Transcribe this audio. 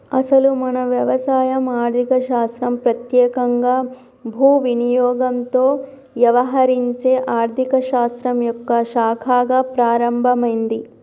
అసలు మన వ్యవసాయం ఆర్థిక శాస్త్రం పెత్యేకంగా భూ వినియోగంతో యవహరించే ఆర్థిక శాస్త్రం యొక్క శాఖగా ప్రారంభమైంది